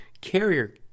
carrier